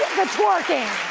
the twerking.